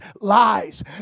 lies